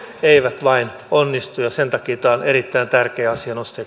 eivät vain onnistu niin että sen takia tämä on erittäin tärkeä